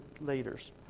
leaders